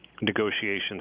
negotiations